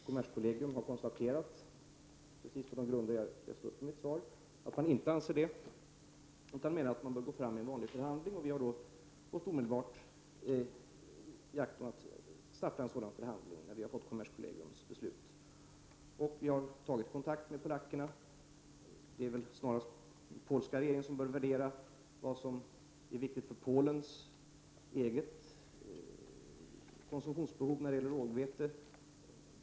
Kommerskollegium har konstaterat, på de grunder som jag läste upp i mitt svar, att man inte anser det, utan man menar att det bör bli en vanlig förhandling. Vi avser därför att starta en sådan förhandling när vi har fått kommerskollegiums beslut. Vi har tagit kontakt med polackerna. Det är snarast den polska regeringen som bör uttrycka en värdering om vad som är viktigt för Polens eget konsumtionsbehov av rågvete.